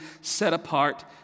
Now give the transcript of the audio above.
set-apart